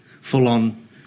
full-on